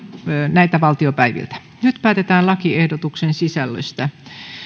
nyt päätetään lakiehdotuksen sisällöstä